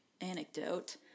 Anecdote